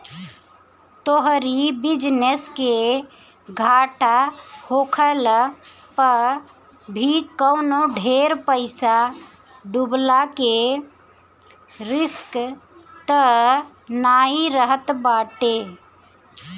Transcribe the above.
तोहरी बिजनेस के घाटा होखला पअ भी कवनो ढेर पईसा डूबला के रिस्क तअ नाइ रहत बाटे